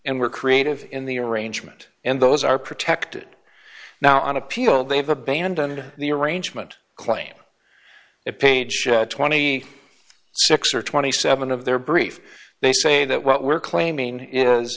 and were creative in the arrangement and those are protected now on appeal they've abandoned the arrangement claim it page twenty six or twenty seven of their brief they say that what we're claiming is